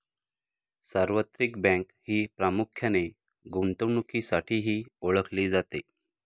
सार्वत्रिक बँक ही प्रामुख्याने गुंतवणुकीसाठीही ओळखली जाते